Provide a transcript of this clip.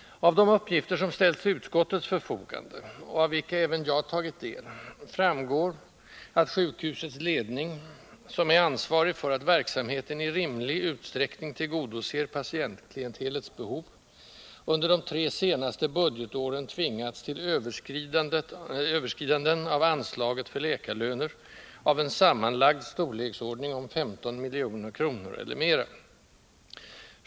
Av de uppgifter, som ställts till utskottets förfogande, och av vilka även jag tagit del, framgår att sjukhusets ledning — som är ansvarig för att verksamheten i rimlig utsträckning tillgodoser patientklientelets behov — under de tre senaste budgetåren tvingats till överskridanden av anslaget för läkarlöner av en sammanlagd storleksordning om 15 milj.kr. eller mera.